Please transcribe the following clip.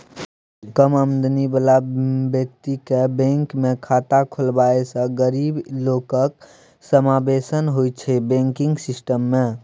कम आमदनी बला बेकतीकेँ बैंकमे खाता खोलबेलासँ गरीब लोकक समाबेशन होइ छै बैंकिंग सिस्टम मे